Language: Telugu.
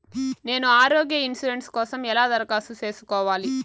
నేను ఆరోగ్య ఇన్సూరెన్సు కోసం ఎలా దరఖాస్తు సేసుకోవాలి